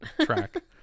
track